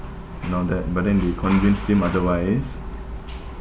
and all that but then they convinced him otherwise